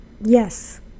Yes